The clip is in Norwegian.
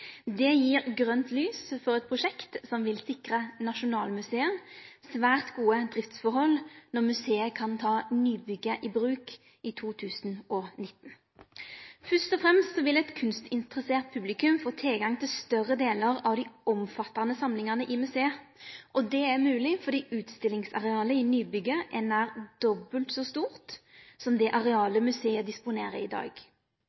Det gjev grønt lys for eit prosjekt som vil sikre Nasjonalmuseet svært gode driftsforhold når museet kan ta nybygget i bruk i 2019. Først og fremst vil eit kunstinteressert publikum få tilgang til større delar av dei omfattande samlingane i museet. Det er mogleg fordi utstillingsarealet i nybygget er nær dobbelt så stort som det arealet museet disponerer i dag.